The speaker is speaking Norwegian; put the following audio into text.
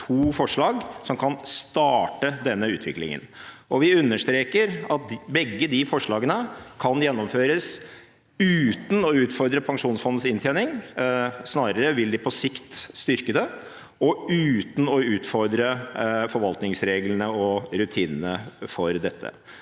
to forslag som kan starte denne utviklingen. Og vi understreker at begge disse forslagene kan gjennomføres uten å utfordre pensjonsfondets inntjening, snarere vil de på sikt styrke det, og uten å utfordre forvaltningsreglene og rutinene for dette.